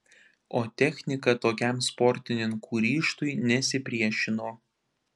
o technika tokiam sportininkų ryžtui nesipriešino